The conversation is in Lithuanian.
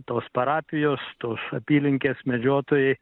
tos parapijos tos apylinkės medžiotojai